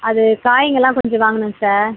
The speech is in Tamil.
அது காய்ங்கள்லாம் கொஞ்சம் வாங்கணும் சார்